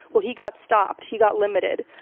well he got stopped. he got limited.